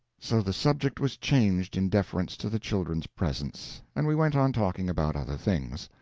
so the subject was changed in deference to the children's presence, and we went on talking about other things.